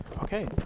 Okay